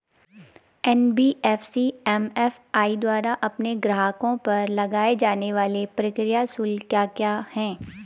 NBFC MFI द्वारा अपने ग्राहकों पर लगाए जाने वाले प्रक्रिया शुल्क क्या क्या हैं?